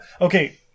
Okay